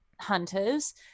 hunters